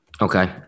Okay